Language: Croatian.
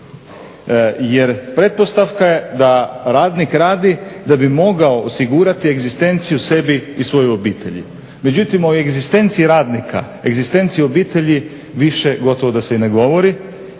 Jer pretpostavka je da radnik radi da bi mogao osigurati egzistenciju sebi i svojoj obitelji. Međutim, o egzistenciji radnika, egzistenciji obitelji više gotovo da se i ne govori.